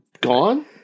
gone